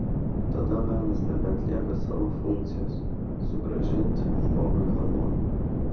tada menas nebeatlieka savo funkcijos sugrąžinti žmogui harmoniją